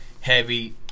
heavy